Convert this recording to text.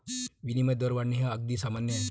विनिमय दर वाढणे हे अगदी सामान्य आहे